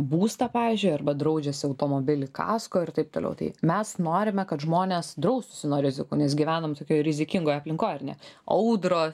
būstą pavyzdžiui arba draudžiasi automobilį kasko ir taip toliau tai mes norime kad žmonės draustųsi nuo rizikų nes gyvenam tokioj rizikingoj aplinkoj ar net audros